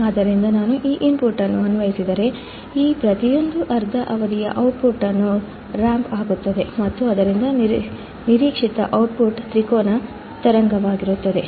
ಆದ್ದರಿಂದ ನಾನು ಈ ಇನ್ಪುಟ್ ಅನ್ನು ಅನ್ವಯಿಸಿದರೆ ಈ ಪ್ರತಿಯೊಂದು ಅರ್ಧ ಅವಧಿಯ output ರಾಂಪ್ ಆಗುತ್ತದೆ ಮತ್ತು ಆದ್ದರಿಂದ ನಿರೀಕ್ಷಿತ output ತ್ರಿಕೋನ ತರಂಗವಾಗಿರುತ್ತದೆ